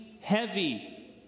heavy